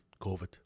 COVID